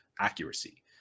accuracy